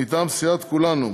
מטעם סיעת כולנו.